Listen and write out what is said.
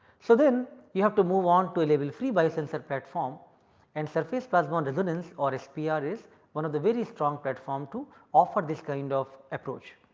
so, then you have to move on to a label free bio sensor platform and surface plasma resonance or spr is one of the very strong platform to offer this kind of approach.